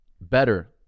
better